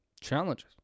challenges